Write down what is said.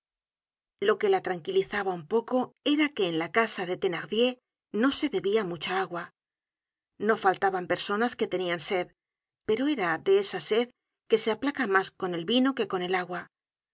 lo que la tranquilizaba un poco era que en la casa de thenardier no se bebia mucha agua no faltaban personas que tenian sed pero era de esa sed que se aplaca mas con el vino que con el agua